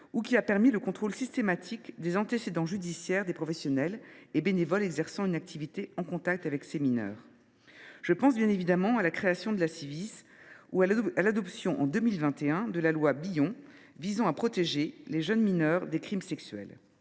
et qui a permis le contrôle systématique des antécédents judiciaires des professionnels et bénévoles exerçant une activité en contact avec des mineurs. Je pense bien évidemment à la création de la Ciivise ou à l’adoption, en 2021, de la loi Billon visant à protéger les mineurs des crimes et